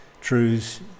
truths